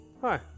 Hi